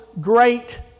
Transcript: great